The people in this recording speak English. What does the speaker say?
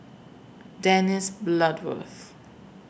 Dennis Bloodworth